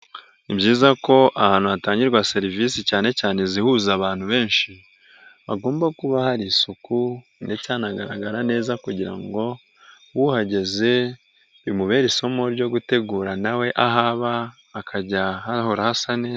Ni byiza ko ahantu hatangirwa serivisi cyane cyane izihuza abantu benshi, hagomba kuba hari isuku ndetse hanagaragara neza, kugira ngo uhageze bimubere isomo ryo gutegura na we aho aba, hakajya hahora hasa neza.